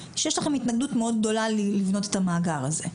שיש לכם התנגדות מאוד גדולה לבנות את המאגר הזה,